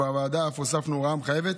בוועדה אף הוספנו הוראה המחייבת